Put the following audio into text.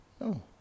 no